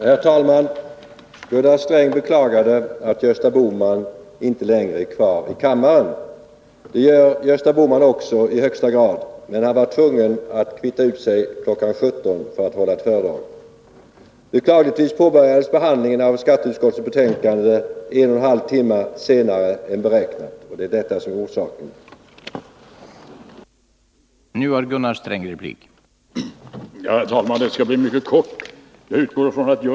Herr talman! Gunnar Sträng beklagade att Gösta Bohman inte längre är kvar i kammaren. Det gör Gösta Bohman också i högsta grad, men han var tvungen att kvitta ut sig kl. 17 för att hålla ett föredrag. Beklagligtvis påbörjades behandlingen av skatteutskottets betänkande en och en halv timme senare än beräknat, och detta är orsaken till att debatten försenades.